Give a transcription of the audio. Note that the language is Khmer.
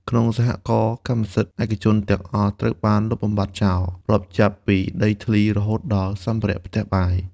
ក្នុងសហករណ៍ កម្មសិទ្ធិឯកជនទាំងអស់ត្រូវបានលុបបំបាត់ចោល រាប់ចាប់ពីដីធ្លី រហូតដល់សម្ភារៈផ្ទះបាយ។